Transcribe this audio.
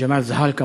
ג'מאל זחאלקה,